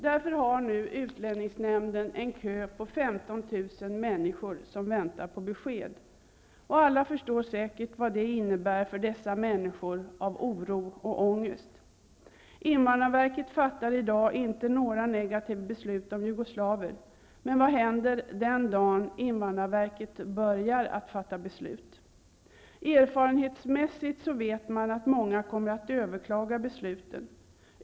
Därför har utlänningsnämnden nu en kö på 15 000 människor som väntar på besked. Alla förstår säkert vad det innebär av oro och ångest för dessa människor. Invandrarverket fattar i dag inte några negativa beslut om jugoslaver, men vad händer den dag invandrarverket börjar att fatta beslut? Erfarenhetsmässigt vet man att många kommer att överklaga besluten.